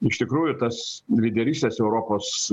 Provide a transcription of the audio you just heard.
iš tikrųjų tas lyderystės europos